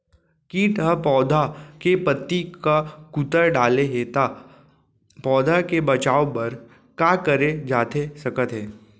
किट ह पौधा के पत्ती का कुतर डाले हे ता पौधा के बचाओ बर का करे जाथे सकत हे?